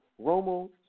Romo